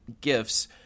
gifts